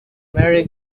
merry